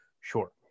sure